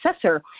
successor